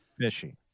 fishy